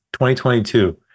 2022